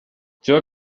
joel